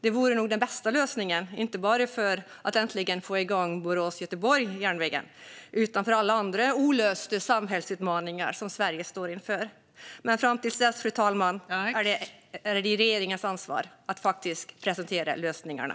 Det vore nog den bästa lösningen, inte bara för att äntligen få igång bygget av järnvägen mellan Borås och Göteborg utan även för alla andra olösta samhällsutmaningar som Sverige står inför. Men fram tills dess är det regeringens ansvar att presentera lösningarna.